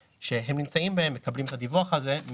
באיזו חברה אנחנו נמצאים אם אנחנו מקדמים את החוק ומסיימים עם זה?